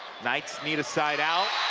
knights need a side out.